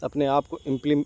اپنے آپ کو امپلم